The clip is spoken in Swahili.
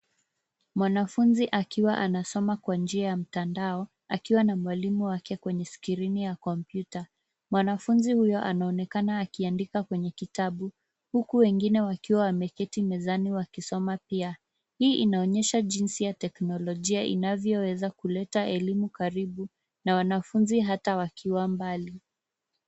Mwanafunzi akiwa anasoma kwa njia ya mtandao akiwa na mwalimu wake kwenye skrini ya kompyuta. Mwanafunzi huyo anaonekana akiandika kwenye kitabu huku wengine wakiwa wameketi mezani wakisoma pia. Hii inaonyesha jinsi ya teknolojia inavyoweza kuleta elimu karibu na wanafunzi hata wakiwa mbali.